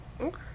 Okay